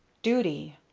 duty!